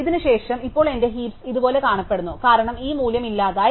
ഇതിനുശേഷം ഇപ്പോൾ എന്റെ ഹീപ്സ് ഇതുപോലെ കാണപ്പെടുന്നു കാരണം ഈ മൂല്യം ഇല്ലാതായി